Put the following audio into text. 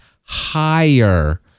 higher